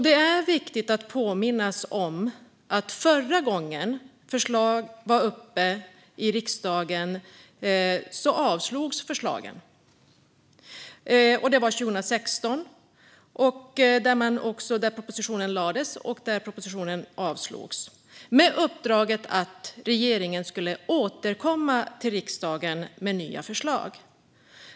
Det är viktigt att påminnas om att förra gången förslag var uppe i riksdagen avslogs de. Propositionen lades fram och avslogs 2016, och regeringen fick ett uppdrag om att återkomma till riksdagen med nya förslag.